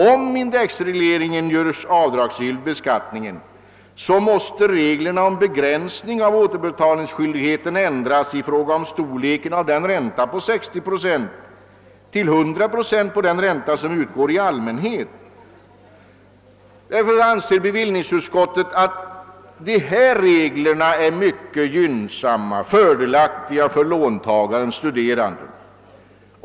Om indexregleringen görs avdragsgill i beskattningen måste reglerna om begränsning med avseende på storleken av räntan ändras, så att nuvarande 60 procent av den normala räntan utbyts mot 100 procent. Bevillningsutskottet anser att dessa regler är mycket fördelaktiga för låntagaren-studeranden.